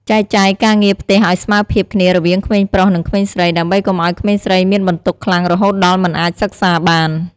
ចែកចាយការងារផ្ទះឱ្យស្មើភាពគ្នារវាងក្មេងប្រុស និងក្មេងស្រី ដើម្បីកុំឱ្យក្មេងស្រីមានបន្ទុកខ្លាំងរហូតដល់មិនអាចសិក្សាបាន។